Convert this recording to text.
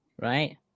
right